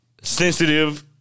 sensitive